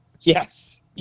yes